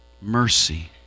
mercy